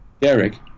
Derek